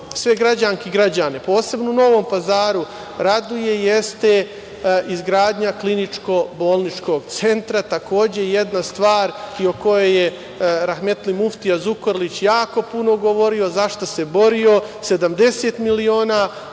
sve građanke i građane posebno u Novom Pazaru raduje jeste izgradnja KBC. Takođe jedna stvar i o kojoj je rahmetli muftija Zukorlić jako puno govorio, za šta se borio, 70 miliona